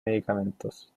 medicamentos